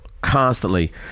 constantly